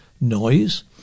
Noise